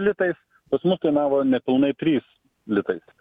litais pas mus kainavo nepilnai trys litais